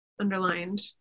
underlined